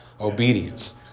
obedience